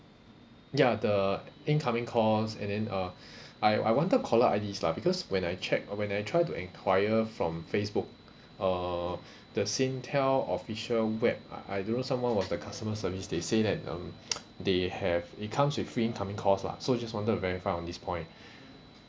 ya the incoming calls and then uh I I wanted caller I_Ds lah because when I check uh when I try to inquire from Facebook uh the Singtel official web I I don't know someone was the customer service they say that um they have it comes with free incoming calls lah so just wanted to verify on this point